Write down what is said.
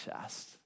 chest